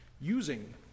using